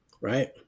right